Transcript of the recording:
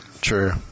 True